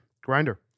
grinder